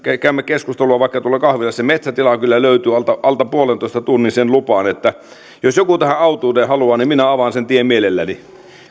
käymme keskustelua vaikka tuolla kahvilassa metsätila kyllä löytyy alta alta puolentoista tunnin sen lupaan että jos joku tähän autuuteen haluaa minä avaan sen tien mielelläni